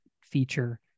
feature